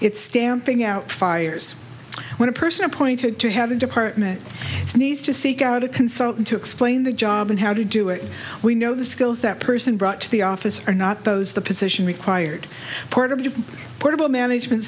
it's stamping out fires when a person appointed to have a department needs to seek out a consultant to explain the job and how to do it we know the skills that person brought to the office are not those the position required part of portable management